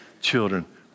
children